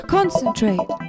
Concentrate